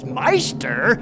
meister